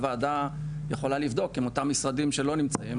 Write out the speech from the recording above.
הוועדה יכולה לבדוק עם אותם משרדים שלא נמצאים,